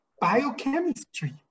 biochemistry